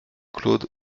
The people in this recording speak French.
claude